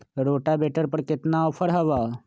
Rotavator पर केतना offer हव?